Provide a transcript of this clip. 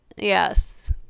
Yes